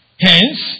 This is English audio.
Hence